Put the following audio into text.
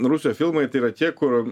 rūsio filmai tai yra tie kur